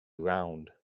round